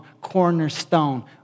cornerstone